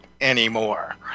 anymore